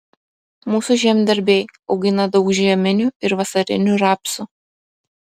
mūsų žemdirbiai augina daug žieminių ir vasarinių rapsų